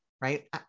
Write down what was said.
right